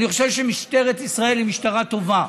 אני חושב שמשטרת ישראל היא משטרה טובה,